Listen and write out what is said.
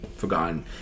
forgotten